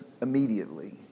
immediately